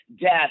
death